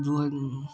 दुइ उँ